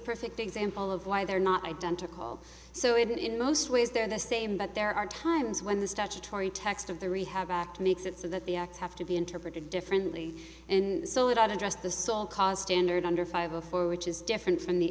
perfect example of why they're not identical so it in most ways they're the same but there are times when the statutory text of the rehab act makes it so that the acts have to be interpreted differently and so it unaddressed the sole cause standard under five a four which is different from the